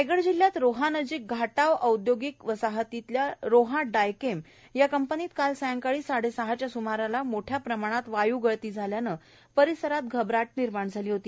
रायगड जिल्ह्यात रोहानजिक घाटाव औदयोगिक वसाहतीतल्या रोहा डायकेम या कंपनीत काल संध्याकाळी साडेसहाच्या स्माराला मोठ्या प्रमाणात वायू गळती झाल्यानं परिसरात घबराट निर्माण झाली होती